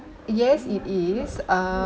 yes it is uh